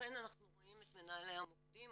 לכן אנחנו רואים את מנהלי המוקדים,